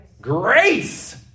grace